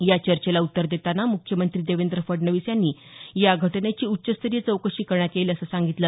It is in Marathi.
या चर्चेला उत्तर देताना मुख्यमंत्री देवेंद्र फडणवीस यांनी या घटनेची उच्चस्तरीय चौकशी करण्यात येईल असं सांगितलं